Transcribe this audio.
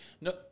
No